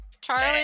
Charlie